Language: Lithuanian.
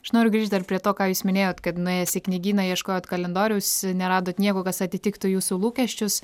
aš noriu grįžt dar prie to ką jūs minėjot kad nuėjęs į knygyną ieškojot kalendoriaus neradot nieko kas atitiktų jūsų lūkesčius